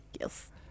Yes